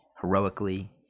heroically